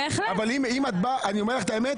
אני אומר לך את האמת,